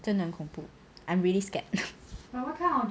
真的很恐怖 I'm really scared